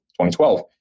2012